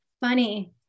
Funny